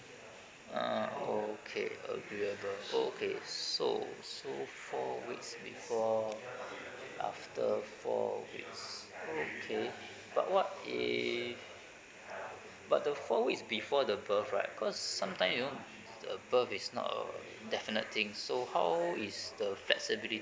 ah okay agreeable okay so so four weeks before after four weeks okay but what if but the four weeks before the birth right cause sometime you know the birth is not uh definite things so how is the flexibility